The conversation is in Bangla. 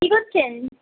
কী করছেন